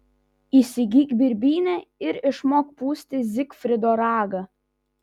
įsigyk birbynę ir išmok pūsti zigfrido ragą